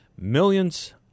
millions